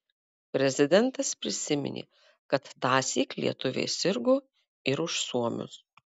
prezidentas prisiminė kad tąsyk lietuviai sirgo ir už suomius